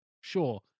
Sure